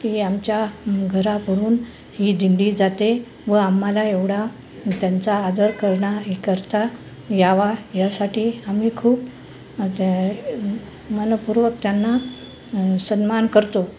की आमच्या घरावरून ही दिंडी जाते व आम्हाला एवढा त्यांचा आदर करणं आहे करता यावा यासाठी आम्ही खूप त्या मन पूर्वक त्यांना सन्मान करतो